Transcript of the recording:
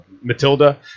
Matilda